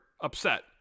upset